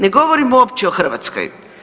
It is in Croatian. Ne govorim uopće o Hrvatskoj.